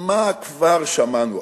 מה כבר שמענו.